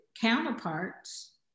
counterparts